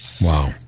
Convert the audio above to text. Wow